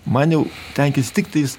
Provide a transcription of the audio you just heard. man jau tenkins tiktais